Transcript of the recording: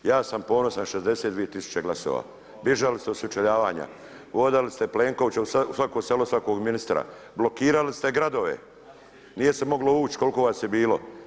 Ja sam ponosan 62 tisuće glasova, bježali ste od sučeljavanja, hodali ste s Plenkovićem u svako selo, svakog ministra, blokirali ste gradove, nije se moglo ući koliko vas je bilo.